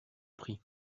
prix